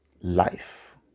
life